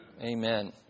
Amen